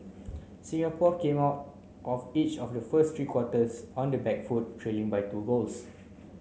Singapore came out of each of the first three quarters on the back foot trailing by two goals